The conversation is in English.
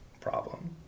problem